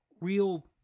real